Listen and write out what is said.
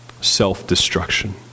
self-destruction